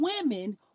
women